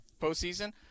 postseason